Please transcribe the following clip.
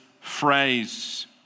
phrase